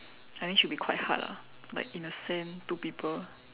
I think should be quite hard lah like in a sand two people